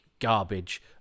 garbage